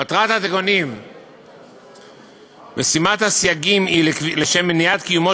מטרת התיקונים ושימת הסייגים היא לשם מניעת קיומו